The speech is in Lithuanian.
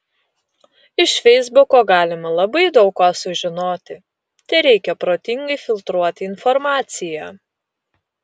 iš feisbuko galima labai daug ko sužinoti tereikia protingai filtruoti informaciją